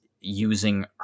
using